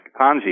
Ponzi